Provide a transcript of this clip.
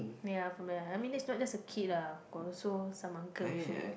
ya from I mean that not just a kid lah got also some uncle also